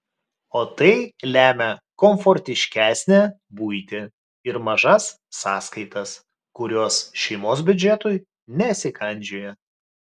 o tai lemia komfortiškesnę buitį ir mažas sąskaitas kurios šeimos biudžetui nesikandžioja